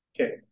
Okay